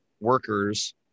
workers